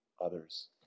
others